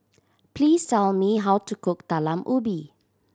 please tell me how to cook Talam Ubi